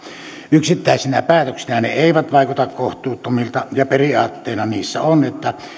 yksittäisinä päätöksinä ne eivät vaikuta kohtuuttomilta ja periaatteena niissä on että